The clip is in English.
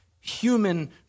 human